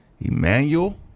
Emmanuel